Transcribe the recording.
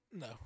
No